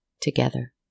together